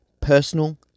personal